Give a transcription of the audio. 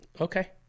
Okay